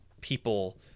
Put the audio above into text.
people